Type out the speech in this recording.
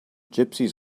gypsies